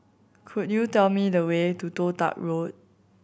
could you tell me the way to Toh Tuck Road